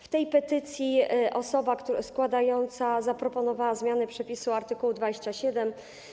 W tej petycji osoba składająca zaproponowała zmianę przepisu art. 27.